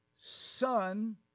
son